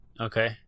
Okay